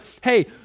hey